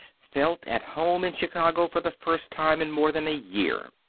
felt at home in chicago for the first time in more than a year.